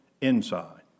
inside